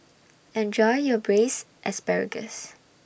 Enjoy your Braised Asparagus